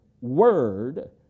word